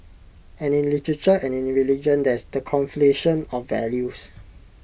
and in literature and in religion there's the conflation of values